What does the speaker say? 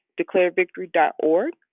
DeclareVictory.org